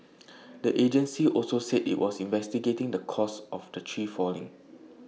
the agency also said IT was investigating the cause of the tree falling